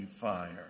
fire